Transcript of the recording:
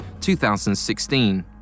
2016